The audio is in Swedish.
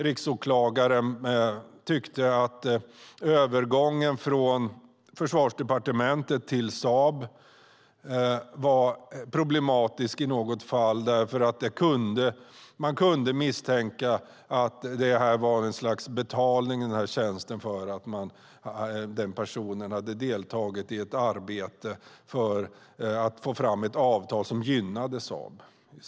Riksåklagaren tyckte att övergången från Försvarsdepartementet till Saab var problematisk i något fall eftersom man kunde misstänka att tjänsten var ett slags betalning för att personen hade deltagit i arbetet med att få fram ett avtal som gynnade Saab.